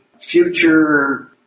future